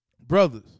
Brothers